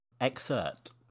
Excerpt